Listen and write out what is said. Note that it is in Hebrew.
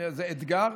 זה אתגר.